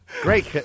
Great